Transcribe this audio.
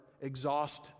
exhaust